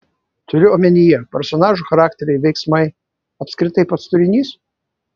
turiu omenyje personažų charakteriai veiksmai apskritai pats turinys